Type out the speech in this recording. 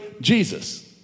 Jesus